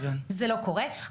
זה לא קורה,